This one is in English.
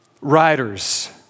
riders